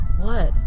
What